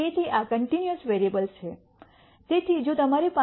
તેથી આ continuous variables છે